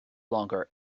longer